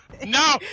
No